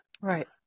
Right